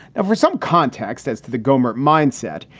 ah for some context as to the gohmert mindset,